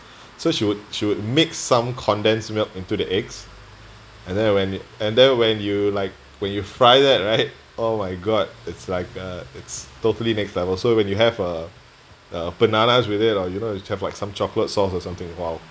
so she would she would make some condensed milk into the eggs and then when it and then when you like when you fry that right oh my god it's like uh it's totally next level so when you have uh uh bananas with it loh you know it's like some chocolate sauce or something !wow!